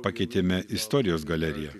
pakeitėme istorijos galeriją